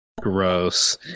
Gross